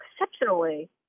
exceptionally